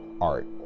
art